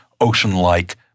ocean-like